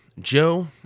Joe